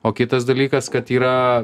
o kitas dalykas kad yra